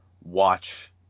watch